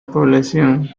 población